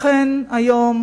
לכן, היום